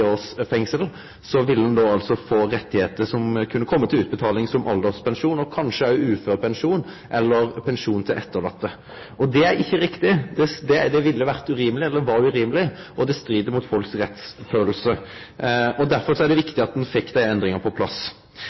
års fengsel, ville ein få rettar som kunne kome til utbetaling i form av alderspensjon, og kanskje òg uførepensjon eller pensjon til etterlatne. Det er ikkje riktig. Det var urimeleg, og det strir mot folks rettsfølelse. Derfor er det viktig at ein får desse endringane på plass.